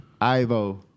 Ivo